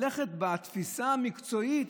בתפיסה המקצועית